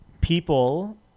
people